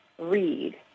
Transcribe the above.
read